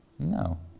No